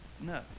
no